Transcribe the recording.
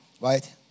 right